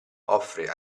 offre